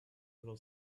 girl